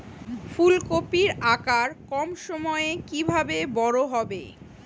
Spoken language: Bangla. ফুলকপির আকার কম সময়ে কিভাবে বড় হবে?